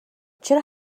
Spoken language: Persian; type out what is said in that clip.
چرا